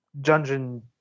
dungeon